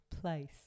place